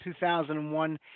2001